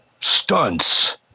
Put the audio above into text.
stunts